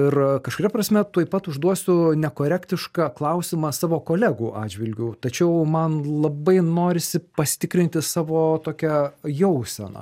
ir kažkuria prasme tuoj pat užduosiu nekorektišką klausimą savo kolegų atžvilgiu tačiau man labai norisi pasitikrinti savo tokią jauseną